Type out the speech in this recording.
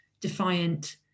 defiant